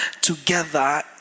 together